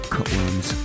Cutworms